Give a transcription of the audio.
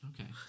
Okay